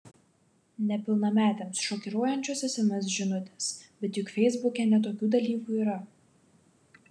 nepilnametėms šokiruojančios sms žinutės bet juk feisbuke ne tokių dalykų yra